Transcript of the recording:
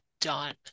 done